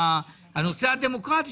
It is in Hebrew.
הנושא הדמוקרטי,